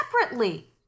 separately